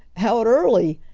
out early,